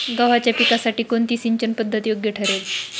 गव्हाच्या पिकासाठी कोणती सिंचन पद्धत योग्य ठरेल?